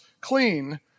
clean